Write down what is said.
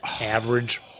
average